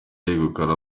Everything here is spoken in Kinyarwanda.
yegukana